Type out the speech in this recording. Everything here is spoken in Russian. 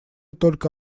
только